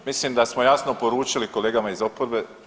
Mislim da smo jasno poručili kolegama iz oporbe